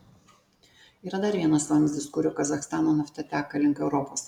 yra dar vienas vamzdis kuriuo kazachstano nafta teka link europos